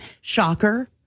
Shocker